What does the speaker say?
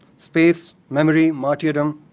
space, memory, martyrdom,